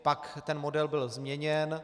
Pak ten model byl změněn.